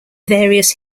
various